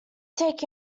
take